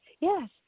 Yes